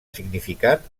significat